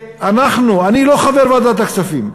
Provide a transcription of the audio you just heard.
אני לא חבר ועדת הכספים,